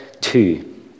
two